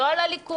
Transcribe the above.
לא על הליכוד,